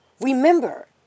remember